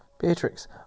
Beatrix